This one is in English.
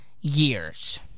years